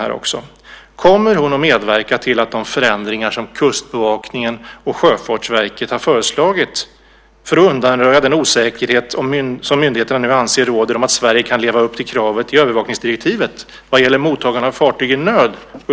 Kommer försvarsministern att medverka till att de förändringar som Kustbevakningen och Sjöfartsverket föreslagit, för att undanröja den osäkerhet som myndigheterna anser nu råder om att Sverige kan leva upp till kravet i övervakningsdirektivet vad gäller mottagande av fartyg i nöd, införs?